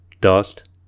dust